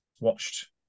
watched